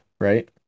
right